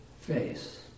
face